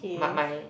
but my